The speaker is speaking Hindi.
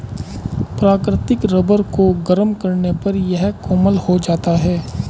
प्राकृतिक रबर को गरम करने पर यह कोमल हो जाता है